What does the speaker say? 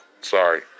sorry